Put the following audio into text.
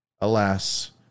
Alas